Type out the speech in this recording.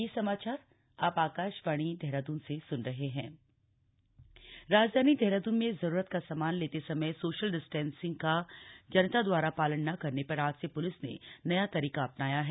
social distancing राजधानी देहरादून में जरूरत का सामान लेते समय सोशल डिस्टेंसिंग का जनता दवारा पालन न करने पर आज से प्लिस ने नया तरीका अपनाया है